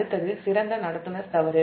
அடுத்தது திறந்த கடத்தி தவறு